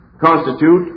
constitute